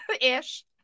ish